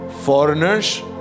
Foreigners